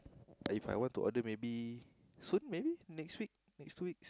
If I want to order maybe soon maybe next week next two weeks